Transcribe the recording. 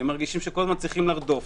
שהם כל הזמן צריכים לרדוף,